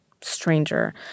stranger